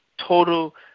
total